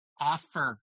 offer